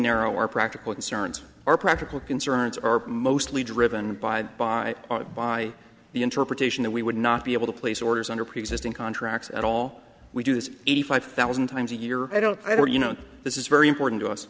narrow our practical concerns are practical concerns are mostly driven by the by our by the interpretation that we would not be able to place orders under preexisting contracts at all we do this eighty five thousand times a year i don't i don't you know this is very important to us